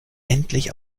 endlich